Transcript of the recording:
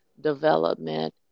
development